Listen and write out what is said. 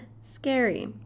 scary